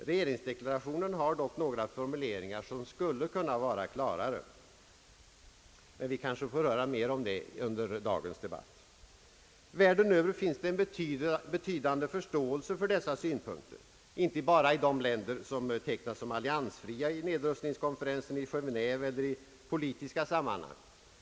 Regeringsdeklarationen har dock några formuleringar som skulle kunna vara klarare, men vi kanske får höra mer om det i dagens debatt. Världen över finns det en betydande förståelse för dessa synpunkter, inte bara i de länder som betecknas som alliansfria vid nedrustningskonferensen i Genéve eller i politiska sammanhang.